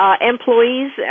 Employees